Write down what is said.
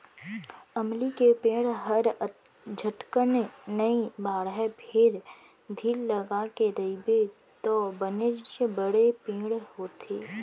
अमली के पेड़ हर झटकन नइ बाढ़य फेर धीर लगाके रइबे तौ बनेच बड़े पेड़ होथे